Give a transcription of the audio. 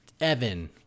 Evan